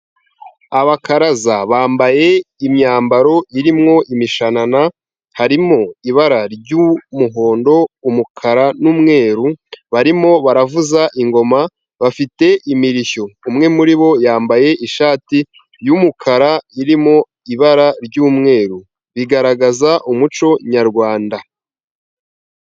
Abakaraza bambaye imyambaro irimwo imishanana, harimo ibara ry'umuhondo, umukara n'umweru, barimo baravuza ingoma, bafite imirishyo. Umwe muri bo yambaye ishati y'umukara irimo ibara ry'umweru. Bigaragaza umuco nyarwanda.